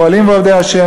פועלים ועובדי ה',